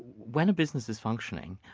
when a business is functioning,